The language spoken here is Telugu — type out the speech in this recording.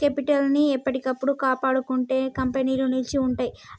కేపిటల్ ని ఎప్పటికప్పుడు కాపాడుకుంటేనే కంపెనీలు నిలిచి ఉంటయ్యి